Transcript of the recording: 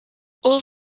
all